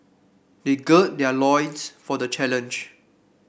they gird their loins for the challenge